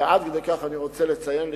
ועד כדי כך רוצה לציין לשבח,